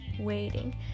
waiting